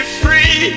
free